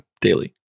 daily